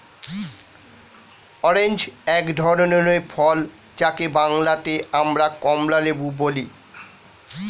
orange এক ধরনের ফল যাকে বাংলাতে আমরা কমলালেবু বলি